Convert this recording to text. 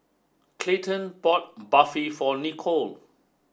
Clayton bought Barfi for Nicolle